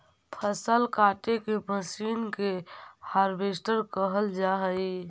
फसल काटे के मशीन के हार्वेस्टर कहल जा हई